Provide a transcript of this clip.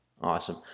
awesome